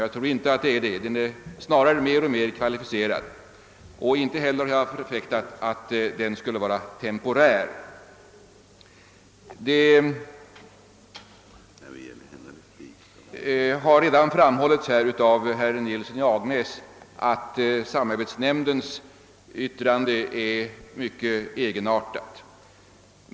Jag tror den snarare blir mer och mer kvalificerad. Och inte heller har jag förfäktat att den skulle vara temporär. Det har redan framhållits här av herr Nilsson i Agnäs att samarbetsnämndens yttrande är mycket egenartat.